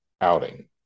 outing